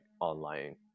online